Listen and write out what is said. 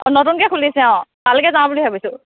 অঁ নতুনকৈ খুলিছে অঁ তালৈকে যাওঁ বুলি ভাবিছোঁ